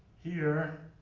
here,